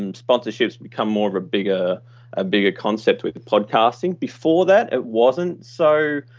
um sponsorships become more of a bigger ah bigger concept with the podcasting. before that, it wasn't so